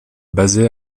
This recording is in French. basée